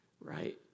right